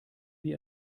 wie